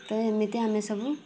ତ ହେମିତି ଆମେ ସବୁ